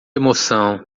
emoção